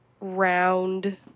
round